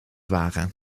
waren